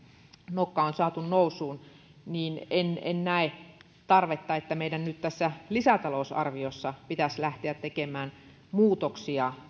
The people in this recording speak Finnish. nokka on saatu nousuun en en näe tarvetta sille että meidän nyt tässä lisätalousarviossa pitäisi lähteä tekemään muutoksia